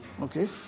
Okay